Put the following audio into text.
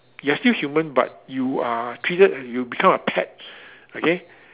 you are still human but you are treated like you become a pet okay